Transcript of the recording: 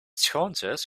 schoonzus